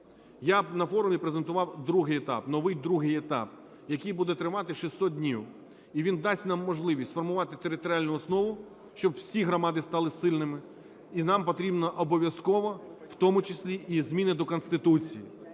Я б на форумі презентував другий етап, новий другий етап, який буде тривати 600 днів, і він дасть нам можливість сформувати територіальну основу, щоб всі громади стали сильними. І нам потрібно обов'язково, в тому числі і зміни до Конституції.